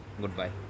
Goodbye